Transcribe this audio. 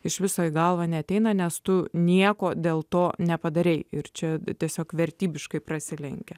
iš viso į galvą neateina nes tu nieko dėl to nepadarei ir čia tiesiog vertybiškai prasilenkia